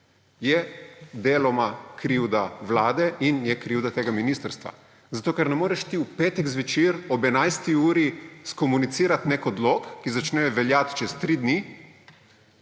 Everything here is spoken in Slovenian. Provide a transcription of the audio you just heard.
je deloma krivda vlade in je krivda tega ministrstva. Zato ker ne moreš v petih zvečer ob 11. uri skomunicirati nekega odloka o maskah, ki začne veljati čez tri dni.